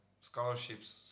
scholarships